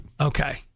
Okay